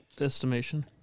estimation